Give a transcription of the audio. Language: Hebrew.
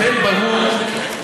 מה קרה?